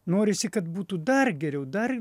norisi kad būtų dar geriau dar